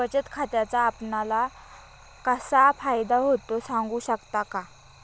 बचत खात्याचा आपणाला कसा फायदा होतो? सांगू शकता का?